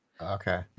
Okay